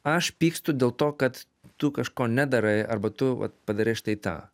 aš pykstu dėl to kad tu kažko nedarai arba tu vat padarei štai tą